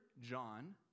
John